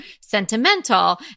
sentimental